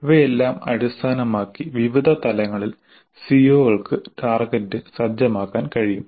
ഇവയെല്ലാം അടിസ്ഥാനമാക്കി വിവിധ തലങ്ങളിൽ സിഒകൾക്ക് ടാർഗെറ്റ് സജ്ജമാക്കാൻ കഴിയും